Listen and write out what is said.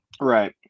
Right